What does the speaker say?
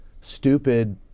stupid